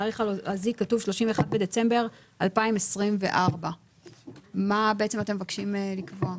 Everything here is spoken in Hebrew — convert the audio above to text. ובתאריך הלועזי כתוב 31 בדצמבר 2024. מה אתם בעצם מבקשים לקבוע?